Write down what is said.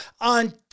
on